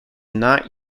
not